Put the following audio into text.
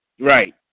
Right